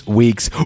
week's